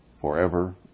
forever